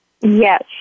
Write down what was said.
Yes